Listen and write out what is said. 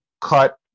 cut